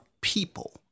people